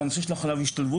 בנושא של הכלה והשתלבות.